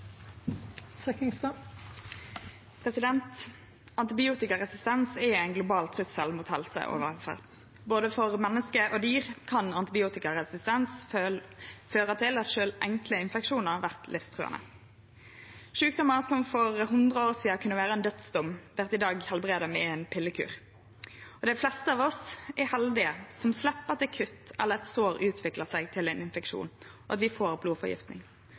ein global trussel mot helse og velferd. Både for menneske og for dyr kan antibiotikaresistens føre til at sjølv enkle infeksjonar vert livstruande. Sjukdomar som for hundre år sidan kunne vere ein dødsdom, vert i dag lækte med ein pillekur. Dei fleste av oss er heldige som slepp at eit kutt eller eit sår utviklar seg til ein infeksjon og at vi får